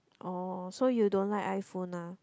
oh so you don't like iPhone ah